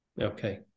Okay